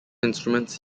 instruments